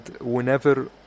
whenever